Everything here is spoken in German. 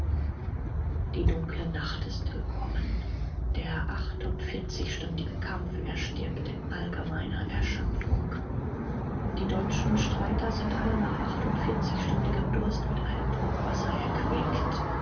die dunkle nacht ist gekommen der achtundvierzigstündige kampf erstirbt in allgemeiner erschöpfung die deutschen streiter sind alle nach achtundvierzigstündigem durst mit einem trunk wasser erquickt